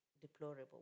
deplorable